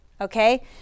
Okay